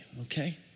okay